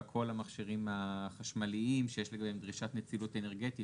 כל המכשירים החשמליים שיש לגביהם דרישת נצילות אנרגטית.